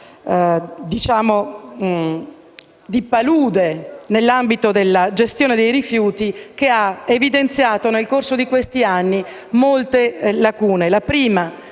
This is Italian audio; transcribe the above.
sorta di palude nell'ambito della gestione dei rifiuti, che ha evidenziato nel corso di questi anni molte lacune.